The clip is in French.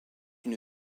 une